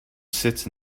sits